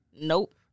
nope